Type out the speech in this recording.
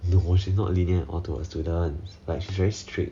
no she is not lenient at all to her students like she's very strict